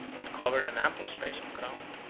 and covered an ample space of ground.